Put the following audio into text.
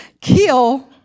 Kill